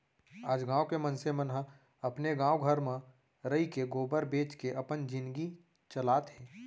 आज गॉँव के मनसे मन ह अपने गॉव घर म रइके गोबर बेंच के अपन जिनगी चलात हें